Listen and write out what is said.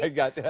ah got yeah